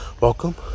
Welcome